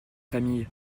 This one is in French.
famille